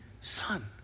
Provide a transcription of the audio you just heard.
son